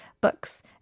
books